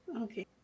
Okay